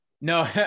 no